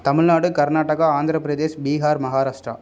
Tamil Nadu Karnataka Andhra Pradesh Bihar Maharashtra